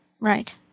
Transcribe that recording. right